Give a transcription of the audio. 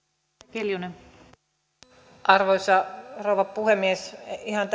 arvoisa rouva puhemies ihan